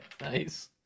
nice